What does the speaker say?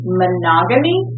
monogamy